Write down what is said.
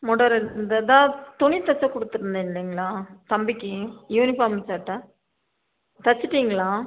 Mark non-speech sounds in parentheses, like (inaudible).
(unintelligible) இந்த இதான் துணி கொடுத்துருந்தேன் இல்லைங்களா தம்பிக்கு யூனிஃபார்ம் சட்டை தைச்சிட்டிங்களா